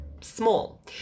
small